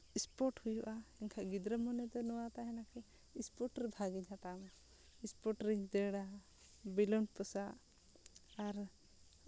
sport ᱦᱩᱭᱩᱜᱼᱟ ᱮᱱᱠᱷᱟᱱ ᱜᱤᱫᱽᱨᱟᱹ ᱢᱚᱱᱮᱛᱮ ᱱᱚᱣᱟ ᱦᱩᱭᱩᱜᱼᱟ ᱥᱯᱳᱨᱴ ᱨᱮ ᱵᱷᱟᱜᱤᱧ ᱦᱟᱛᱟᱣ ᱢᱟ ᱥᱯᱳᱨᱴ ᱨᱤᱧ ᱫᱟᱹᱲᱟ ᱵᱮᱞᱩᱱ ᱯᱚᱥᱟᱜ